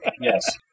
Yes